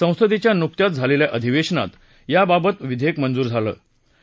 संसदेच्या नुकत्याच झालेल्या अधिवेशनात याबाबतच विधेयक मंजूर झालं होतं